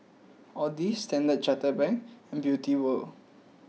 Audi Standard Chartered Bank and Beauty wall